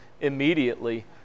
immediately